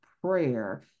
prayer